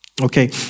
Okay